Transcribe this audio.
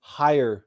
higher